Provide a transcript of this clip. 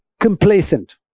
complacent